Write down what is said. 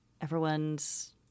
Everyone's